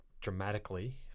dramatically